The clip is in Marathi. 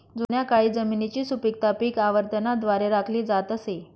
जुन्या काळी जमिनीची सुपीकता पीक आवर्तनाद्वारे राखली जात असे